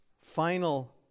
final